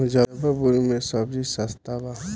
मुजफ्फरपुर में सबजी सस्ता बा